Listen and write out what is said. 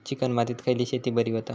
Chicken मातीत खयली शेती बरी होता?